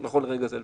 נכון לרגע זה לפחות.